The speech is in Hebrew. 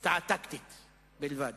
הפתעה טקטית בלבד.